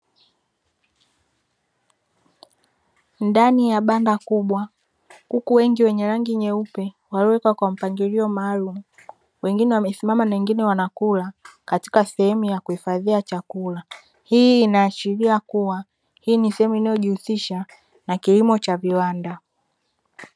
Ndani ya banda kubwa, kuku wengi wenye rangi nyeupe walio kaa kwa mpangilio maalumu, wengine wamesimama na wengine wanakula katika sehemu ya kuhifadhia chakula. Hii inaashiria kuwa, hii ni sehemu inayojihusisha na kilimo cha viwanda.